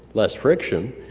less friction,